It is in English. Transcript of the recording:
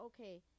okay